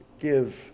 give